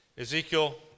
Ezekiel